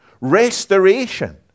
restoration